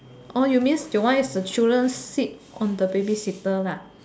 oh you mean your one is the children seat on the baby seater lah